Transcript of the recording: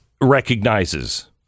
recognizes